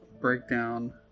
breakdown